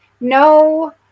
no